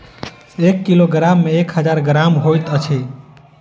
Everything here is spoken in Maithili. एक किलोग्राम मे एक हजार ग्राम होइत अछि